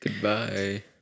Goodbye